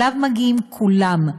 שאליו מגיעים כולם,